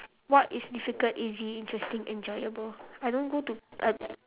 what is difficult easy interesting enjoyable I don't go to uh